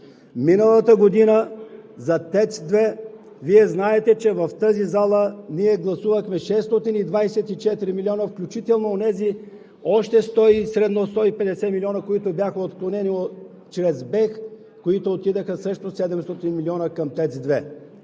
Миналата година за ТЕЦ 2 Вие знаете, че в тази зала ние гласувахме 624 милиона, включително онези още 100, средно 150 милиона, които бяха отклонени чрез БЕХ, които отидоха – също 700 милиона към ТЕЦ 2.